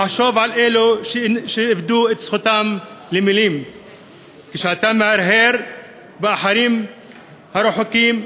חשוב על אלו שאיבדו את זכותם למילים / כשאתה מהרהר באחרים הרחוקים,